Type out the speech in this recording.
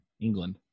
England